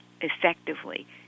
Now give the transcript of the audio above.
effectively